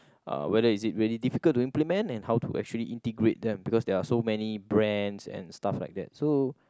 uh whether is it very difficult to implement and how to actually integrate them because there are so many brands and stuff like that so